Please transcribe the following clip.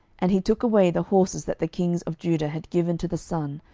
and he took away the horses that the kings of judah had given to the sun,